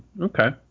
okay